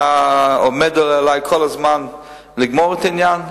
אתה עומד עלי כל הזמן לגמור את העניין,